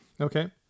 Okay